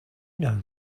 know